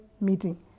Meeting